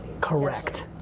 Correct